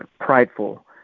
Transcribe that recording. prideful